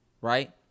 right